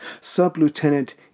Sub-Lieutenant